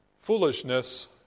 Foolishness